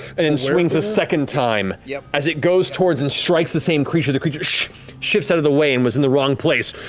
and and swings a second time. yeah as it goes towards and strikes the same creature, the creature shifts out of the way and was in the wrong place.